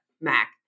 Mac